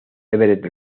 everett